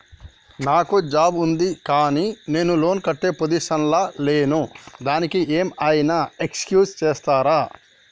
నాకు జాబ్ ఉంది కానీ నేను లోన్ కట్టే పొజిషన్ లా లేను దానికి ఏం ఐనా ఎక్స్క్యూజ్ చేస్తరా?